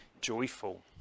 joyful